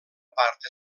part